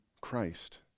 Christ